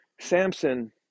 Samson